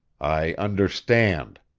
i understand.